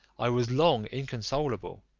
i was long inconsolable,